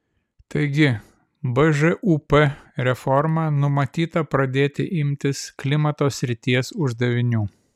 taigi bžūp reforma numatyta pradėti imtis klimato srities uždavinių